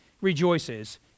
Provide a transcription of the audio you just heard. rejoices